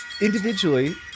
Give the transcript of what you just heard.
individually